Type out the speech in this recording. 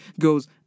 goes